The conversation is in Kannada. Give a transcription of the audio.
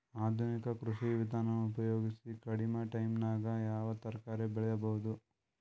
ಆಧುನಿಕ ಕೃಷಿ ವಿಧಾನ ಉಪಯೋಗಿಸಿ ಕಡಿಮ ಟೈಮನಾಗ ಯಾವ ತರಕಾರಿ ಬೆಳಿಬಹುದು?